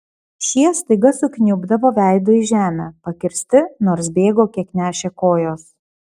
šie staiga sukniubdavo veidu į žemę pakirsti nors bėgo kiek nešė kojos